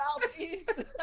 Southeast